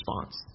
response